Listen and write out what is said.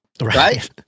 right